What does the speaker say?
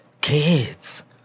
kids